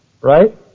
right